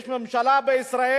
יש ממשלה בישראל,